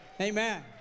amen